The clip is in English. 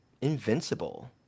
invincible